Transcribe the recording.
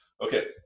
Okay